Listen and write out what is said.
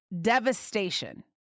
devastation